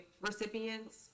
recipients